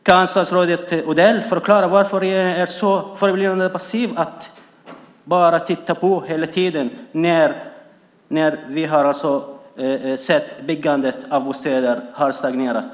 Kan statsrådet Odell förklara varför regeringen är så förbryllande passiv och bara tittar på när byggandet av bostäder har stagnerat?